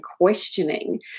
questioning